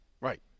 Right